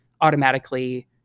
automatically